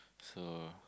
so